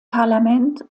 parlament